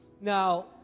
Now